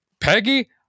Peggy